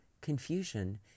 confusion